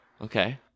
Okay